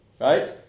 Right